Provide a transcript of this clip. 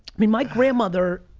mean, my grandmother